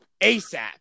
ASAP